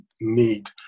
need